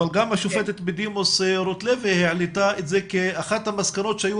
אבל גם השופטת בדימוס רוטלוי העלתה את זה כאחת המסקנות שהיו